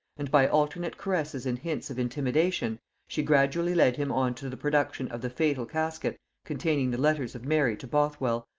and by alternate caresses and hints of intimidation she gradually led him on to the production of the fatal casket containing the letters of mary to bothwell,